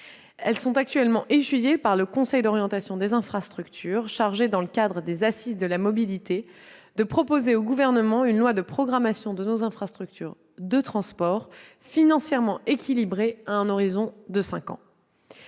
Elles sont actuellement étudiées par le Conseil d'orientation des infrastructures, qui est chargé, dans le cadre des assises de la mobilité, de proposer au Gouvernement une loi de programmation de nos infrastructures de transport, financièrement équilibrée, à un horizon de cinq ans.